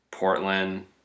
Portland